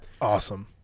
awesome